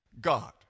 God